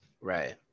Right